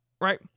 right